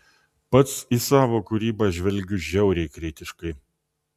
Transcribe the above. pats į savo kūrybą žvelgiu žiauriai kritiškai